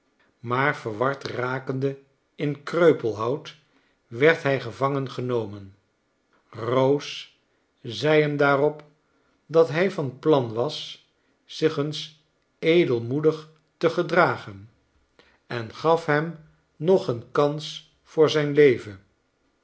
maar verward rakende in kreupelhout werd hij gevangen genomen rose zei hem daarop dat hij van plan was zich eens edelmoedig te gedragen en gaf hem nog een kans voor zijnleven